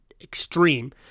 extreme